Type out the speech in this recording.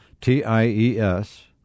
T-I-E-S